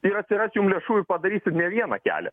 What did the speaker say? ir atsiras jum lėšų ir padarysit ne vieną kelią